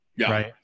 right